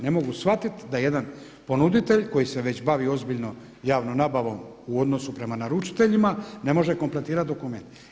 Ne mogu shvatiti da jedan ponuditelj koji se već bavi ozbiljno javnom nabavom u odnosu prema naručiteljima ne može kompletirati dokument.